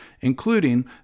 including